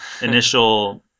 initial